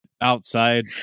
outside